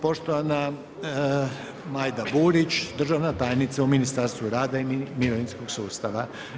Poštovana Majda Burić državna tajnica u Ministarstvu rada i mirovinskog sustava.